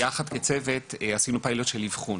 יחד כצוות עשינו פיילוט של אבחון.